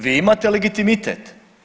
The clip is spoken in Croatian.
Vi imate legitimitet.